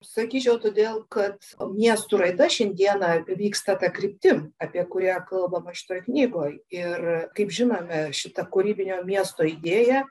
sakyčiau todėl kad miestų raida šiandieną vyksta ta kryptim apie kurią kalbama šitoje knygoj ir kaip žinome šitą kūrybinio miesto idėja